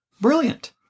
Brilliant